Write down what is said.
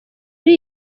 ari